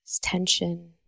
tension